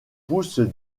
poussent